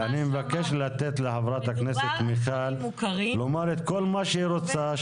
אני מבקש לתת לחברת הכנסת מיכל לומר את כל מה שהיא רוצה,